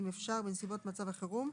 אם אפשר בנסיבות מצב החירום,